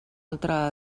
altra